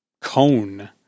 cone